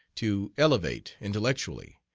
to elevate intellectually,